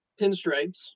pinstripes